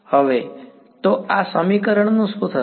હવે તો આ સમીકરણનું શું થશે